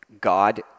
God